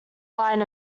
line